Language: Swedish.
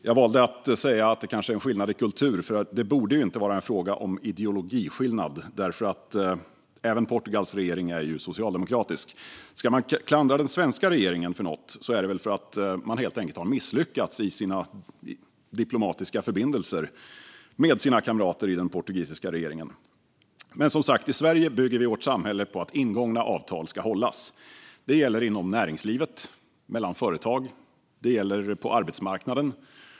Jag valde att säga att det kanske handlar om en skillnad i kultur. Det borde ju inte vara en fråga om skillnad i ideologi, eftersom även Portugals regering är socialdemokratisk. Ska man klandra den svenska regeringen för något är det väl för att man misslyckats i sina diplomatiska förbindelser med kamraterna i den portugisiska regeringen. I Sverige bygger vi som sagt vårt samhälle på att ingångna avtal ska hållas. Det gäller inom näringslivet mellan företag, och det gäller på arbetsmarknaden.